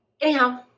Anyhow